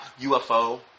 UFO